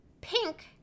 Pink